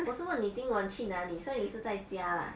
我是问你今晚去哪里 so 你是在家啦